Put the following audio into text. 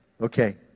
Okay